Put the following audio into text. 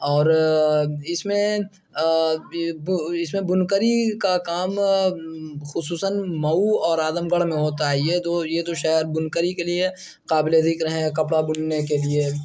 اور اس میں اس میں بنکری کا کام خصوصاً مئو اور اعظم گڑھ میں ہوتا ہے یہ دو یہ دو شہر بنکری کے لیے قابل ذکر ہیں کپڑا بننے کے لیے